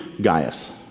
Gaius